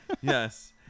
Yes